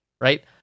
right